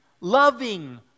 loving